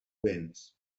béns